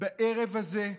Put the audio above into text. בערב הזה,